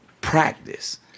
practice